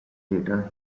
later